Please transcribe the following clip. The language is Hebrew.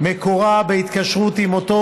מקורה בהתקשרות עם אותו